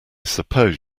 suppose